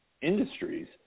industries